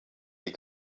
die